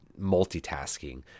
multitasking